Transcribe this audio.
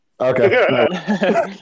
Okay